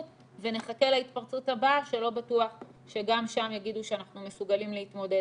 ונחכה להתפרצות הבאה שלא בטוח שגם יגידו שאנחנו מסוגלים להתמודד.